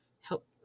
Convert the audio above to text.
help